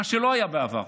מה שלא היה בעבר,